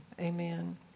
amen